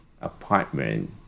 apartment